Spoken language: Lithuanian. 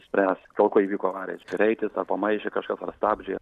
spręs dėl ko įvyko avarija greitis ar pamaišė kažkas ar stabdžiai